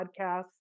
podcasts